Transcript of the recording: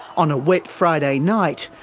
on a wet friday night,